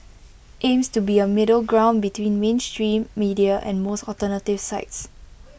aims to be A middle ground between mainstream media and most alternative sites